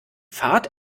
fahrt